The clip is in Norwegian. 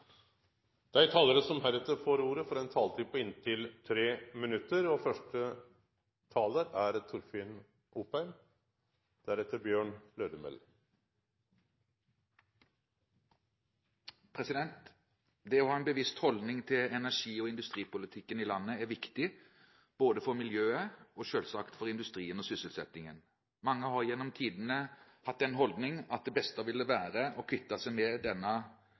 som heretter får ordet, har ei taletid på inntil 3 minutt. Det å ha en bevisst holdning til energi- og industripolitikken i landet er viktig, både for miljøet og selvsagt for industrien og sysselsettingen. Mange har gjennom tidene hatt den holdning at det beste ville være å kvitte seg med